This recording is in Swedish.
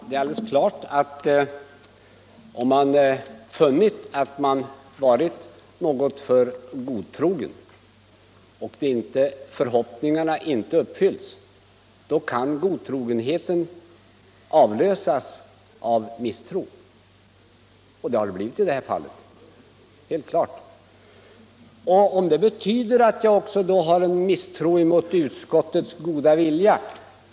Herr talman! Om man funnit att man varit något för godtrogen och förhoppningarna inte uppfylls är det helt klart att godtrogenheten kan avlösas av misstro. Så har det blivit i det här fallet. Det är helt klart. Betyder det att jag då också har en misstro mot utskottets goda vilja?